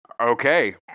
Okay